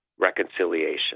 reconciliation